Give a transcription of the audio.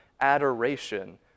adoration